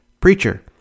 Preacher